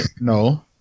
No